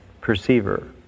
perceiver